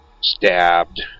stabbed